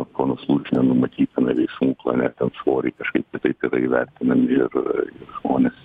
pono slušnio numatytame veiksmų plane ten svoriai kažkaip kitaip yra įvertinami ir ir žmonės